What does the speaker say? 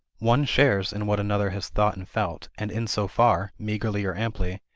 one shares in what another has thought and felt and in so far, meagerly or amply,